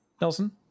nelson